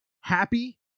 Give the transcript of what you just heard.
happy